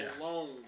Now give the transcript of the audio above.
alone